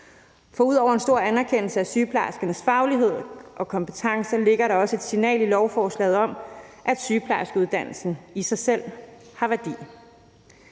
For ud over en stor anerkendelse af sygeplejerskernes faglighed og kompetencer ligger der også et signal i lovforslaget om, at sygeplejerskeuddannelsen i sig selv har værdi.